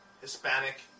Hispanic